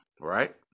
right